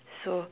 so